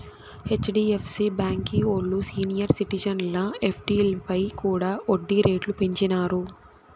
HDFC బాంకీ ఓల్లు senior సిటిజన్ల ఎఫ్డీలపై కూడా ఒడ్డీ రేట్లు పెంచినారు